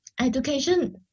education